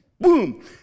boom